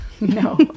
no